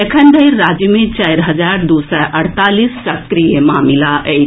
एखन धरि राज्य मे चारि हजार दू सय अड़तालीस सक्रिय मामिला अछि